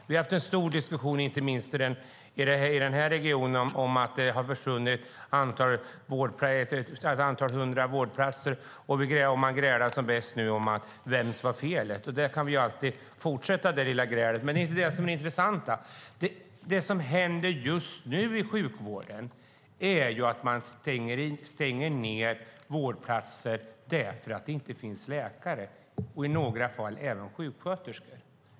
Det har ju inte minst i den här regionen varit en stor diskussion om att det försvunnit ett antal hundra vårdplatser, och man grälar nu som bäst om vems felet är. Det lilla grälet kan vi ju alltid fortsätta, men det är inte det som är det intressanta. Det som just nu händer i sjukvården är att man stänger vårdplatser för att det saknas läkare och i några fall även sjuksköterskor.